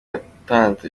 yatanze